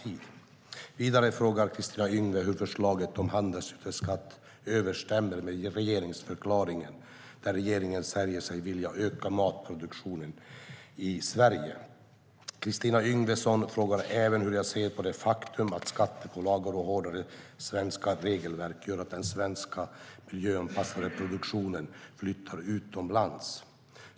Vidare frågar Kristina Yngwe hur förslaget om handelsgödselskatt överensstämmer med regeringsförklaringen, där regeringen säger sig vilja öka matproduktionen i Sverige. Kristina Yngwe frågar även hur jag ser på det faktum att skattepålagor och hårdare svenska regelverk gör att den svenska miljöanpassade produktionen flyttar utomlands.